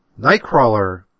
Nightcrawler